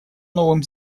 новым